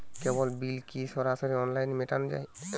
কেবল bill কি সরাসরি অনলাইনে মেটানো য়ায়?